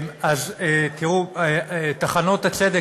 טחנות הצדק,